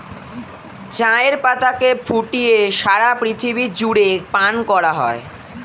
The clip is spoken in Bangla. চায়ের পাতাকে ফুটিয়ে সারা পৃথিবী জুড়ে পান করা হয়